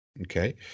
Okay